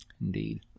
Indeed